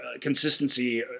consistency